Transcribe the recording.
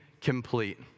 complete